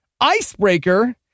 icebreaker